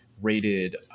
rated